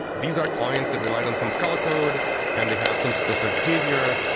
these are clients that relied on some scala code and they have some specific behavior.